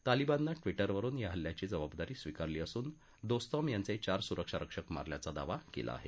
तालिबाननं ट्विटरवरुन या हल्ल्याची जबाबदारी स्वीकारली असून दोस्तम यांचे चार सुरक्षा रक्षक मारल्याचा दावा केला आहे